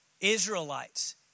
Israelites